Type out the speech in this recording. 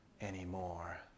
anymore